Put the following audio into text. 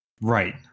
Right